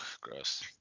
gross